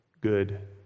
good